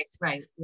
right